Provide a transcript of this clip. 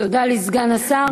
תודה לסגן השר.